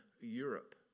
Europe